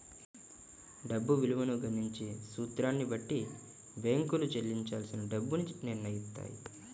డబ్బు విలువను గణించే సూత్రాన్ని బట్టి బ్యేంకులు చెల్లించాల్సిన డబ్బుని నిర్నయిత్తాయి